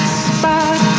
spot